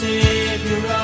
Savior